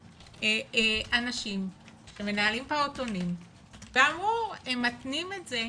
אנשים שמנהלים פעוטונים ואמרו הם מתנים את זה,